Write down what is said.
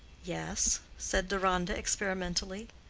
yes, said deronda, experimentally.